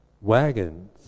wagons